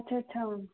अच्छा अच्छा